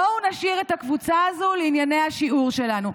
בואו נשאיר את הקבוצה הזו לענייני השיעור שלנו.